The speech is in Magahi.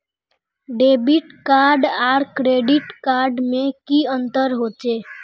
डेबिट कार्ड आर क्रेडिट कार्ड में की अंतर होचे?